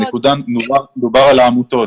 דובר על העמותות.